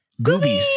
Goobies